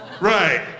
Right